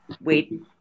wait